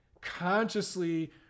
consciously